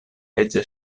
ege